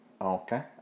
Okay